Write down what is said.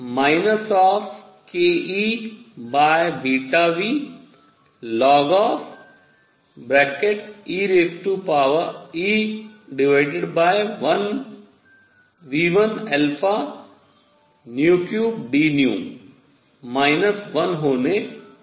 तो S1 kEβνln⁡EV13dν 1 होने जा रहा है